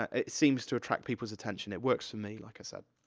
ah it seems to attract people's attention. it works for me, like i said.